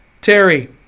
Terry